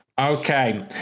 Okay